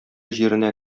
җиренә